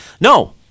No